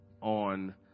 on